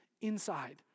inside